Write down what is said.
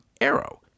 Arrow